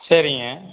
சரிங்க